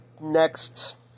Next